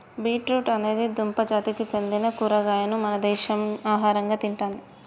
beet root అనేది దుంప జాతికి సెందిన కూరగాయను మన దేశంలో ఆహరంగా తింటాం